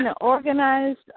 organized